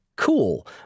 cool